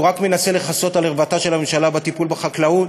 הוא רק מנסה לכסות על ערוותה של הממשלה בטיפול בחקלאות.